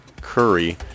Curry